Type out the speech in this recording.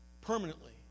permanently